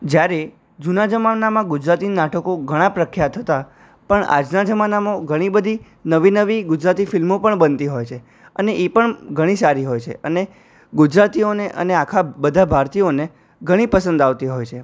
જ્યારે જૂના જમાનામાં ગુજરાતી નાટકો ઘણા પ્રખ્યાત હતાં પણ આજના જમાનામાં ઘણી બધી નવી નવી ગુજરાતી ફિલ્મો પણ બનતી હોય છે અને એ પણ ઘણી સારી હોય છે અને ગુજરાતીઓને અને આખા બધા ભારતીયોને ઘણી પસંદ આવતી હોય છે